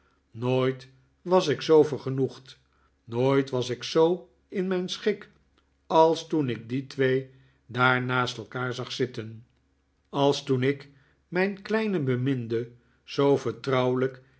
nooit was ik zoo vergenoegd nooit was ik zoo in mijn schik als toen ik die twee daar naast elkaar zag zitten als toen ik mijn kleine beminde zoo vertrouwelijk